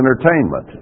entertainment